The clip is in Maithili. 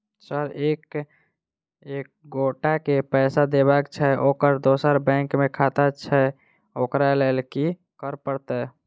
सर एक एगोटा केँ पैसा देबाक छैय ओकर दोसर बैंक मे खाता छैय ओकरा लैल की करपरतैय?